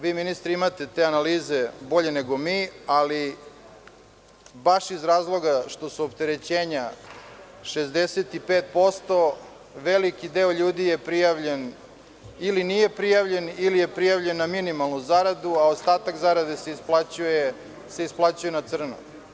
Vi, ministre, imate te analize bolje nego mi, ali iz razloga što su opterećenja 65% veliki deo ljudi je prijavljen ili nije prijavljen ili je prijavljen na minimalnu zaradu, a ostatak zarade se isplaćuje na crno.